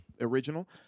original